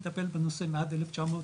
אני מטפל בנושא מאז 1983,